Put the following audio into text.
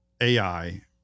AI